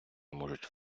можуть